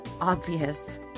obvious